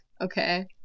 okay